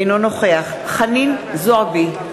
אינו נוכח חנין זועבי,